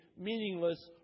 meaningless